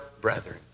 brethren